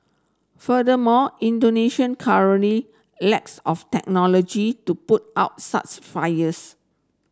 furthermore Indonesia currently lacks of technology to put out such fires